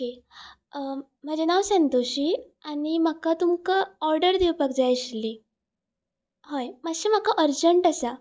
okay म्हजे नांव संतोशी आनी म्हाका तुमकां ऑर्डर दिवपाक जाय आशिल्ली हय मात्शें म्हाका अर्जंट आसा